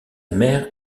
mère